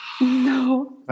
No